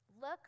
Look